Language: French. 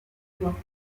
toi